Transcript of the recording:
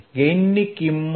ગેઇનની કિંમત 0